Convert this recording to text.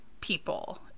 people